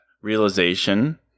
realization